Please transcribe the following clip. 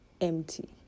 empty